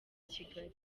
kigali